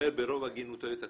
כן, אומר ברוב הגינותו את הכול.